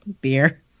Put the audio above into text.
beer